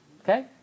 okay